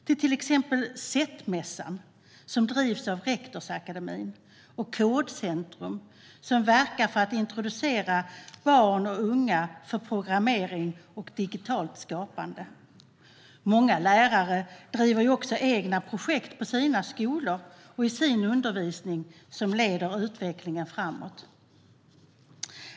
Det är till exempel SETT-mässan, som drivs av Rektorsakademien, och Kodcentrum, som verkar för att introducera barn och unga till programmering och digitalt skapande. Många lärare driver också egna projekt på sina skolor och i sin undervisning som leder utvecklingen framåt.